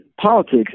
politics